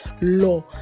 law